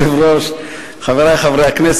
רוברט טיבייב ומירי רגב וקבוצת חברי הכנסת,